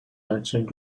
merchant